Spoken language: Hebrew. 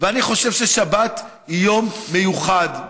אני חושב ששבת היא יום מיוחד,